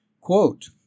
Quote